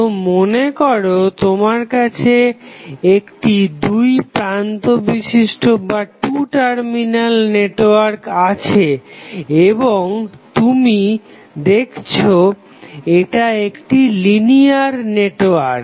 তো মনে করো তোমার কাছে একটি দুই প্রান্ত বিশিষ্ট নেটওয়ার্ক আছে এবং তুমি দেখছো এটা একটি লিনিয়ার নেটওয়ার্ক